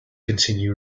continue